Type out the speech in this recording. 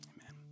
Amen